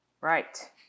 Right